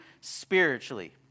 spiritually